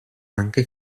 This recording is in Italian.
anche